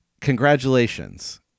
congratulations